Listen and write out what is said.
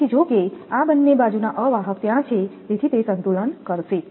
તેથી જોકે આ બંને બાજુના અવાહક ત્યાં છે તેથી તે સંતુલન કરશે